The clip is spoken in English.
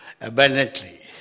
abundantly